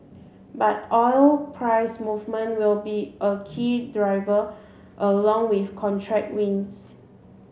but oil price movement will be a key driver along with contract wins